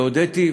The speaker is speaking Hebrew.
והודיתי.